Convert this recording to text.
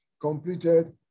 completed